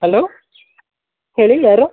hello ಹೇಳಿ ಯಾರು